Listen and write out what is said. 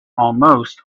almost